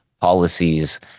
policies